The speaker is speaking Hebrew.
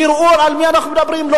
תראו על מי אנחנו מדברים.